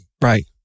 Right